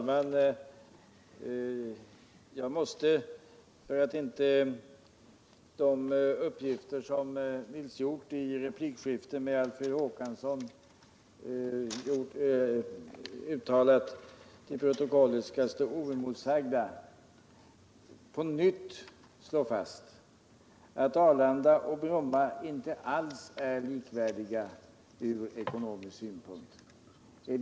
Herr talman! För att inte de uppgifter som Nils Hjorth lämnade i replikskiftet med Alfred Håkansson skall stå oemotsagda i kammarens protokoll vill jag på nytt slå fast att Arlanda och Bromma inte alls är likvärdiga ur ekonomiska synpunkter.